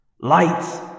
Lights